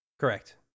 Correct